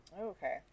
Okay